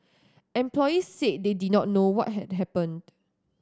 employees said they did not know what had happened